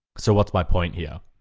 so what's my point here?